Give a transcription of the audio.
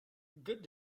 good